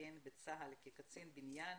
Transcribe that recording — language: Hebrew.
שירת בצה"ל כקצין בניין.